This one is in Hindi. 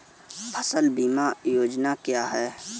फसल बीमा योजना क्या है?